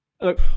Look